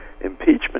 impeachment